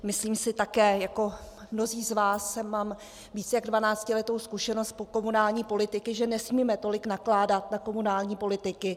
Myslím si také, jako mnozí z vás mám víc jak dvanáctiletou zkušenost z komunální politiky, že nesmíme tolik nakládat na komunální politiky.